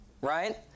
Right